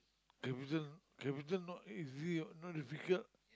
capital capital not easy [what] not difficult